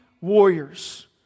warriors